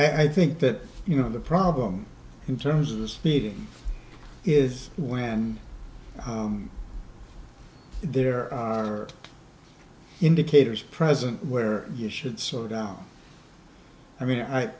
no i think that you know the problem in terms of the speeding is when there are indicators present where you should sort out i mean i